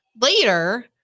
later